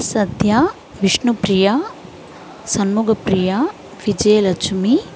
Sathya Vishnu Priya Shanmuga Priya Vijayalakshmi